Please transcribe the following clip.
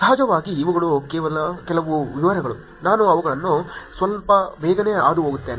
ಸಹಜವಾಗಿ ಇವುಗಳು ಕೆಲವು ವಿವರಗಳು ನಾನು ಅವುಗಳನ್ನು ಸ್ವಲ್ಪ ಬೇಗನೆ ಹಾದು ಹೋಗುತ್ತೇನೆ